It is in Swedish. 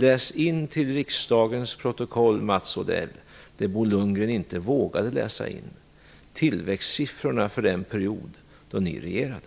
Läs in till riksdagens protokoll, Mats Odell, det som Bo Lundgren inte vågade läsa in, nämligen tillväxtsiffrorna under den period då ni regerade!